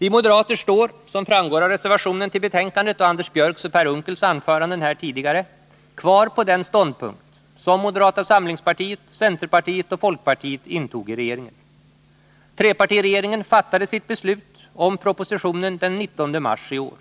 Vi moderater står, som framgår av reservationen till betänkandet och Anders Björcks och Per Unckels anföranden här tidigare, kvar på den ståndpunkt som moderata samlingspartiet, centerpartiet och folkpartiet intogitrepartiregeringen. Denna fattade sitt beslut om propositionen den 19 mars i år.